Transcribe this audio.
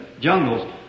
jungles